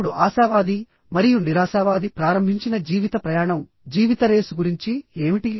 ఇప్పుడు ఆశావాది మరియు నిరాశావాది ప్రారంభించిన జీవిత ప్రయాణం జీవిత రేసు గురించి ఏమిటి